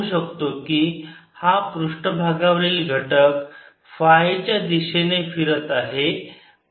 rsinθω तर आपण पाहू शकतो की हा पृष्ठभागावरील घटक फाय च्या दिशेने फिरत आहे